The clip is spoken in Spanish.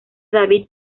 david